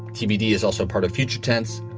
tbd is also part of future tense,